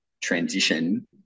transition